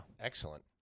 Excellent